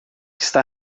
está